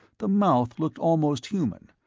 the mouth looked almost human,